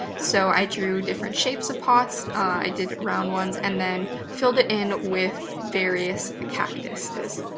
so i drew different shapes of pots, i did round ones and then filled it in with various cactuses.